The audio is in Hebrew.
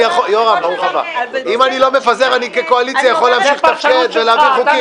אם אני לא מפזר אני כקואליציה יכול להמשיך לתפקד ולהעביר חוקים.